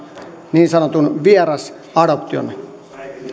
niin sanotun vierasadoption